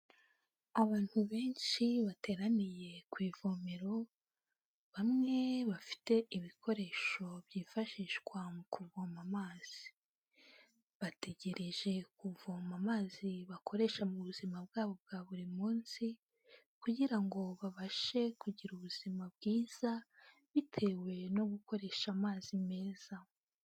Abantu benshi bateraniye ku ivomero, bamwe bafite ibikoresho byifashishwa mu kuvoma amazi, bategereje kuvoma amazi bakoresha mu buzima bwabo bwa buri munsi, kugira ngo babashe kugira ubuzima bwiza bitewe no gukoresha amazi meza.